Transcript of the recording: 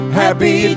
happy